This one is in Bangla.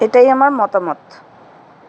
এটাই আমার মতামত